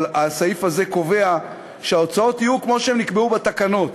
אבל הסעיף הזה קובע שההוצאות יהיו כמו שהן נקבעו בתקנות